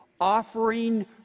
offering